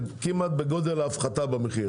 כמעט בגודל ההפחתה במחיר,